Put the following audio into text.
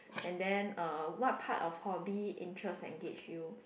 and then uh what part of hobby interest engage you